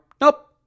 Nope